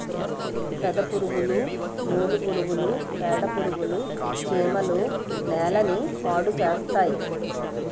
సెదపురుగులు నూలు పురుగులు పేడపురుగులు చీమలు నేలని పాడుచేస్తాయి